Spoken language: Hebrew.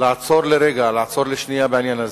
לעצור לרגע, לעצור לשנייה בעניין הזה.